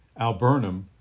alburnum